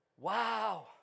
Wow